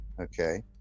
okay